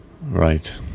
Right